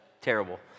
terrible